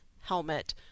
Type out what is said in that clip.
helmet